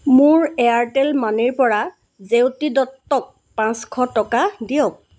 মোৰ এয়াৰটেল মানিৰপৰা জেউতি দত্তক পাঁচশ টকা দিয়ক